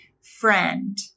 friend